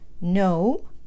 No